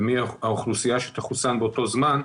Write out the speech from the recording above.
ומי האוכלוסייה שתחוסן באותו זמן,